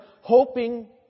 hoping